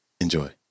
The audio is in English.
Enjoy